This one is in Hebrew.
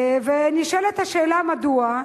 ונשאלת השאלה, מדוע.